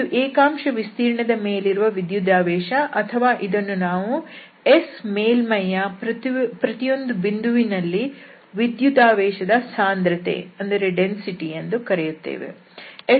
ಇದು ಏಕಾಂಶ ವಿಸ್ತೀರ್ಣದ ಮೇಲಿರುವ ವಿದ್ಯುದಾವೇಶ ಅಥವಾ ಇದನ್ನು ನಾವು S ಮೇಲ್ಮೈಯ ಪ್ರತಿಯೊಂದು ಬಿಂದುವಿನಲ್ಲಿ ವಿದ್ಯುದಾವೇಶದ ಸಾಂದ್ರತೆ ಎಂದು ಕರೆಯುತ್ತೇವೆ